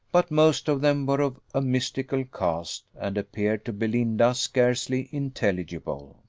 but most of them were of a mystical cast, and appeared to belinda scarcely intelligible.